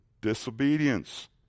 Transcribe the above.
disobedience